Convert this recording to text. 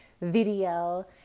video